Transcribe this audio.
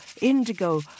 indigo